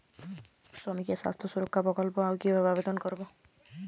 শ্রমিকের স্বাস্থ্য সুরক্ষা প্রকল্প কিভাবে আবেদন করবো?